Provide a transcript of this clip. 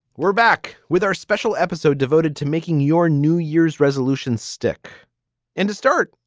we're back with our special episode devoted to making your new year's resolutions stick and to start.